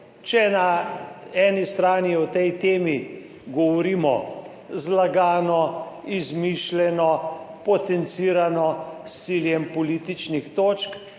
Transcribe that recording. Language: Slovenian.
Če na eni strani o tej temi govorimo zlagano, izmišljeno, potencirano s ciljem političnih točk,